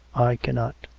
i can not.